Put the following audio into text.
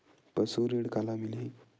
पशु ऋण काला मिलही?